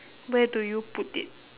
where do you put it